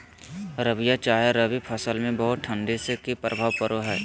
रबिया चाहे रवि फसल में बहुत ठंडी से की प्रभाव पड़ो है?